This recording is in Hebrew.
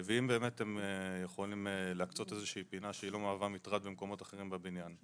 אם הם יכולים להקצות פינה שלא מהווה מטרד למקומות אחרים בבניין,